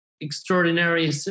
extraordinary